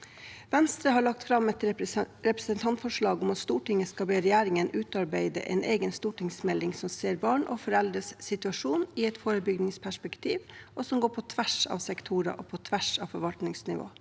Venstre har lagt fram et representantforslag om at Stortinget skal be regjeringen utarbeide en egen stortingsmelding som ser barn og foreldres situasjon i et forebyggingsperspektiv, og som går på tvers av sektorer og på tvers av forvaltningsnivå.